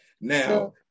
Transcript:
Now